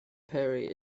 perry